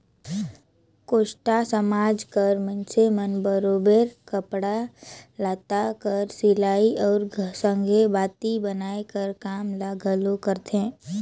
कोस्टा समाज कर मइनसे मन बरोबेर कपड़ा लत्ता कर सिलई कर संघे बाती बनाए कर काम ल घलो करथे